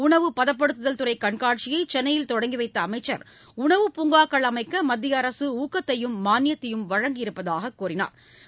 உணவு பதப்படுத்துதல் துறை கண்காட்சியை சென்னையில் தொடங்கி வைத்த அமைச்சர் உணவு பூங்காக்கள் அமைக்க மத்திய அரசு ஊக்கத்தையும் மானியத்தையும் வழங்க இருப்பதாக கூறினாா்